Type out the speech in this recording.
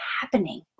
happening